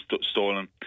stolen